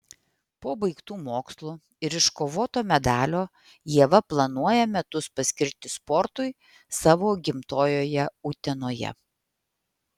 po baigtų mokslų ir iškovoto medalio ieva planuoja metus paskirti sportui savo gimtojoje utenoje